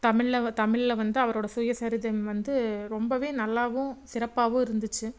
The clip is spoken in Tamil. தமிழில் வ தமிழில் வந்து அவரோடய சுயசரிதைம் வந்து ரொம்பவே நல்லாவும் சிறப்பாகவும் இருந்துச்சு